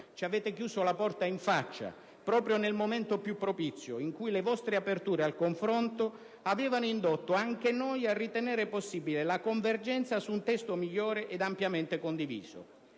Ci avete chiuso la porta in faccia proprio nel momento più propizio, in cui le vostre aperture al confronto avevano indotto, anche noi, a ritenere possibile la convergenza su un testo migliore ed ampiamente condiviso.